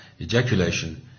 ejaculation